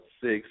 six